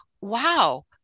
wow